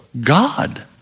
God